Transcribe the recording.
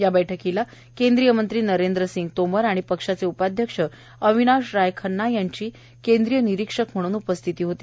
या बैठकीला केंद्रीय मंत्री बरेंद्र सिंग तोमर आणि पक्षाचे उपाध्यक्ष अविवाश राय खब्बा यांची केंद्रीय विरीक्षक म्हणून उपस्थिती होती